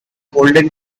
golden